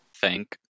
Thank